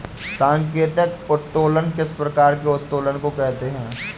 सांकेतिक उत्तोलन किस प्रकार के उत्तोलन को कहते हैं?